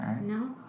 No